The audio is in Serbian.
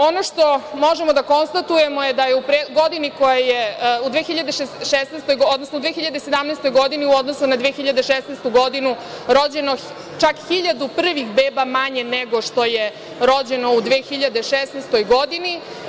Ono što možemo da konstatujemo je da je u 2017. godini u odnosu na 2016. godinu rođeno čak hiljadu prvih beba manje nego što je rođeno u 2016. godini.